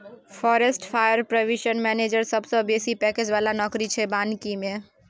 forest fire prevention manager सबसँ बेसी package बला नौकरी छै बानिकी मे